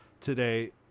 today